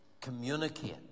communicate